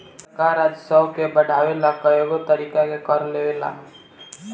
सरकार राजस्व के बढ़ावे ला कएगो तरीका के कर लेवेला